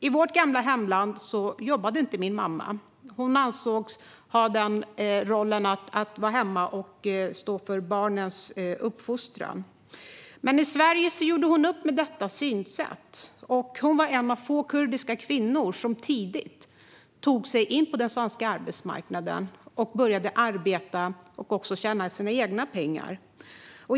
I vårt gamla hemland jobbade inte min mamma; hon ansågs ha rollen att vara hemma och stå för barnens uppfostran. Men i Sverige gjorde hon upp med detta synsätt. Hon var en av få kurdiska kvinnor som tidigt tog sig in på den svenska arbetsmarknaden och började arbeta och tjäna sina egna pengar.